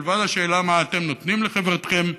מלבד השאלה מה אתם נותנים לחברתכם,